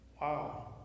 wow